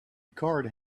card